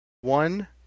one